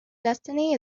destiny